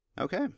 Okay